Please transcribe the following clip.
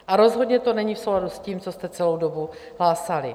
A rozhodně to není v souladu s tím, co jste celou dobu hlásali.